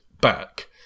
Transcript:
back